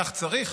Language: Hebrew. כך צריך,